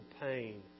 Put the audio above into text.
pain